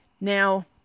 Now